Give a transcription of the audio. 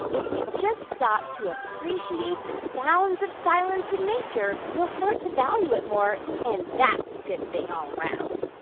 if we just stop to appreciate the sounds of silence in nature, we'll start to value it more. and that's a good thing all around